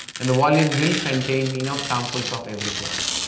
and the volume will contain enough samples of every class,